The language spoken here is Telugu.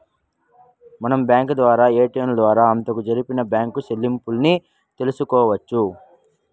మనం బ్యాంకు ఏటిఎం ద్వారా అంతవరకు జరిపిన బ్యాంకు సెల్లింపుల్ని తెలుసుకోవచ్చు